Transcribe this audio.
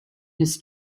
his